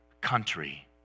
country